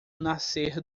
nascer